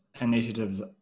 initiatives